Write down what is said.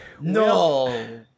No